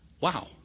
Wow